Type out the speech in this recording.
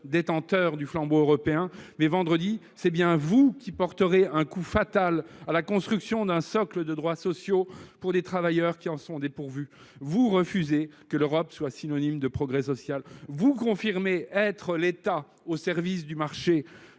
détenteurs du flambeau européen, mais, vendredi, c’est bien vous qui porterez un coup fatal à la construction d’un socle de droits sociaux pour des travailleurs qui en sont dépourvus. Vous refusez que l’Europe soit synonyme de progrès social ! Vous confirmez être l’État au service du marché